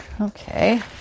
Okay